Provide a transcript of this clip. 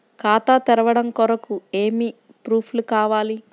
ఖాతా తెరవడం కొరకు ఏమి ప్రూఫ్లు కావాలి?